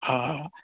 हा